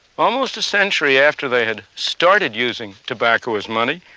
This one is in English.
almost a century after they had started using tobacco as money,